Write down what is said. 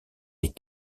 des